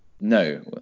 No